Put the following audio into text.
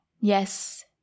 yes